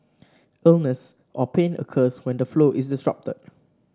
illness or pain occurs when the flow is disrupted